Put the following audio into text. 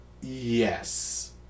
Yes